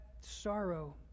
sorrow